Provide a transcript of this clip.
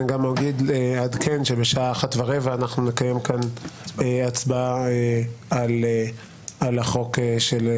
אני גם אעדכן שבשעה 13:15 אנחנו נקיים כאן הצבעה על החוק דרך